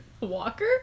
Walker